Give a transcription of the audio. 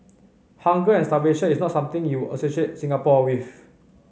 hunger and starvation is not something you associate Singapore with